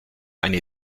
eine